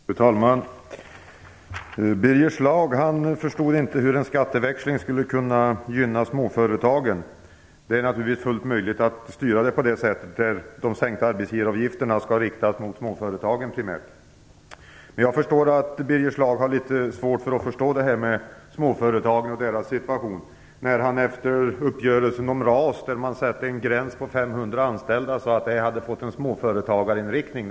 Fru talman! Birger Schlaug förstår inte hur en skatteväxling skulle kunna gynna småföretagen. Det är naturligtvis möjligt att styra att de sänkta arbetsgivaravgifterna primärt skall riktas mot småföretagen. Jag inser att Birger Schlaug har litet svårt att förstå småföretagen och deras situation. Efter uppgörelsen om RAS där man satte en gräns på 500 anställda, sade Birger Schlaug att det hade fått en småföretagarinriktning.